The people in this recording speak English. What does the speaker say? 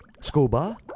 Scuba